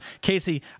Casey